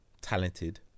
talented